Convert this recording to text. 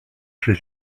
przy